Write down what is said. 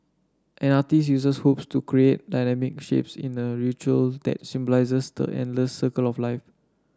an artiste uses hoops to create dynamic shapes in a ritual that symbolises the endless circle of life